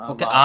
Okay